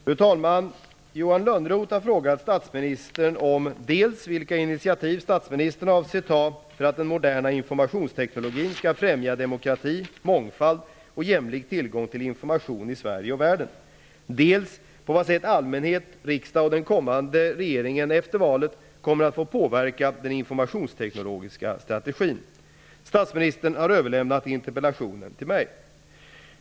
Fru talman! Johan Lönnroth har frågat statsministern om dels vilka initiativ statsministern avser ta för att den moderna informationsteknologin skall främja demokrati, mångfald och jämlik tillgång till information i Sverige och världen, dels på vad sätt allmänhet, riksdag och den kommande regeringen efter valet kommer att få påverka den informationsteknologiska strategin. Statsministern har överlämnat interpellationen till mig.